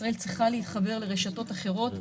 ישראל צריכה להתחבר לרשתות אחרות.